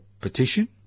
petition